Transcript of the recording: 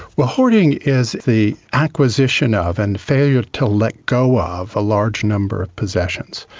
well, hoarding is the acquisition ah of and failure to let go of a large number of possessions,